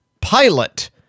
pilot